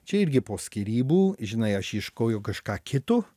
čia irgi po skyrybų žinai aš ieškojau kažką kitu